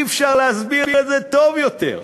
אי-אפשר להסביר את זה טוב יותר,